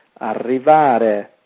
Arrivare